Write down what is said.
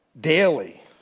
daily